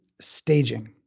staging